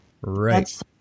Right